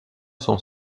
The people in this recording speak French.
sont